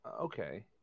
Okay